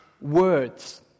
words